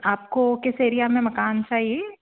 आपको किस एरिया में मकान चाहिए